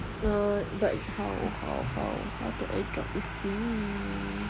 got but how how how how to AirDrop this thing